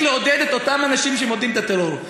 לעודד את אותם אנשים שמעודדים את הטרור.